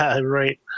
Right